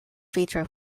feature